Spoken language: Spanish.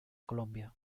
colombia